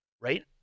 right